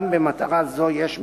גם במטרה זו יש,